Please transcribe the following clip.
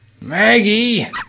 Maggie